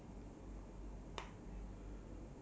free healthcare lah you mean ya